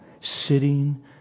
Sitting